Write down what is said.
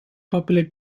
popular